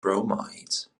bromides